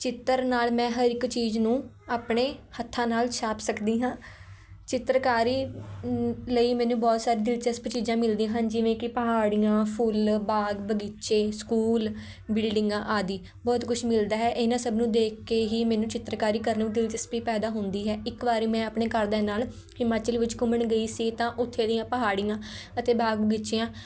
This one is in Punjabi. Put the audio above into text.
ਚਿੱਤਰ ਨਾਲ ਮੈਂ ਹਰ ਇੱਕ ਚੀਜ ਨੂੰ ਆਪਣੇ ਹੱਥਾਂ ਨਾਲ ਛਾਪ ਸਕਦੀ ਹਾਂ ਚਿੱਤਰਕਾਰੀ ਲਈ ਮੈਨੂੰ ਬਹੁਤ ਸਾਰੀ ਦਿਲਚਸਪ ਚੀਜਾਂ ਮਿਲਦੀਆਂ ਹਨ ਜਿਵੇਂ ਕਿ ਪਹਾੜੀਆਂ ਫੁੱਲ ਬਾਗ ਬਗੀਚੇ ਸਕੂਲ ਬਿਲਡਿੰਗਾਂ ਆਦਿ ਬਹੁਤ ਕੁਛ ਮਿਲਦਾ ਹੈ ਇਹਨਾਂ ਸਭ ਨੂੰ ਦੇਖ ਕੇ ਹੀ ਮੈਨੂੰ ਚਿੱਤਰਕਾਰੀ ਕਰਨ ਨੂੰ ਦਿਲਚਸਪੀ ਪੈਦਾ ਹੁੰਦੀ ਹੈ ਇੱਕ ਵਾਰੀ ਮੈਂ ਆਪਣੇ ਘਰਦਿਆਂ ਨਾਲ ਹਿਮਾਚਲ ਵਿੱਚ ਘੁੰਮਣ ਗਈ ਸੀ ਤਾਂ ਉੱਥੇ ਦੀਆਂ ਪਹਾੜੀਆਂ ਅਤੇ ਬਾਗ ਬਗੀਚਿਆਂ